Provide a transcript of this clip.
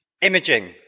Imaging